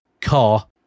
car